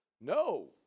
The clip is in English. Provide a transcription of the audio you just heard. No